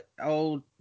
Old